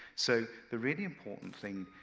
so, the really important thing,